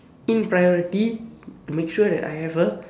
in priority to make sure that I have a